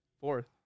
Fourth